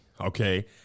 okay